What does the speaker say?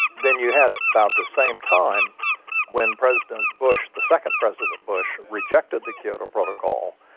then you had about the same time when president bush, the second president bush, rejected the kyoto protocol.